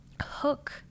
hook